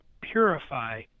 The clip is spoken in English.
purify